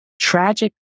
Tragic